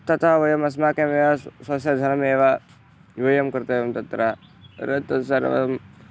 तथा वयम् अस्माकमेव स्वस्य धनमेव व्ययं कर्तव्यं तत्र परंतु सर्वं